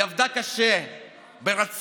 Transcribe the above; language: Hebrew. היא עבדה קשה ברצון,